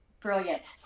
brilliant